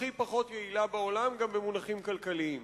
הכי פחות יעילה בעולם גם במונחים כלכליים.